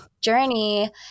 journey